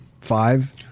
Five